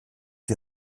die